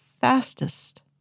fastest